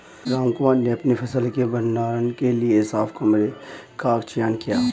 रामकुमार ने अपनी फसल के भंडारण के लिए साफ कमरे का चयन किया